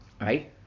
Right